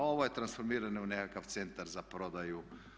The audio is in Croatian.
Ovo je transformirano u nekakav Centar za prodaju.